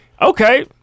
Okay